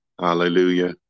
hallelujah